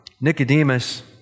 Nicodemus